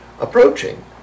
approaching